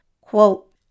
quote